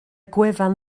gwefan